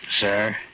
sir